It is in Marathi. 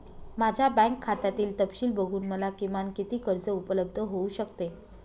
माझ्या बँक खात्यातील तपशील बघून मला किमान किती कर्ज उपलब्ध होऊ शकते?